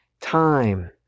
time